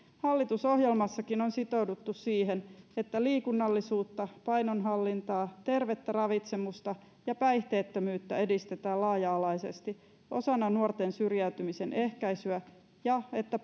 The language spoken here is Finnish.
hallitusohjelmassakin on sitouduttu siihen että liikunnallisuutta painonhallintaa tervettä ravitsemusta ja päihteettömyyttä edistetään laaja alaisesti osana nuorten syrjäytymisen ehkäisyä ja että